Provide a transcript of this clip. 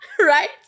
right